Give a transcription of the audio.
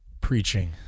preaching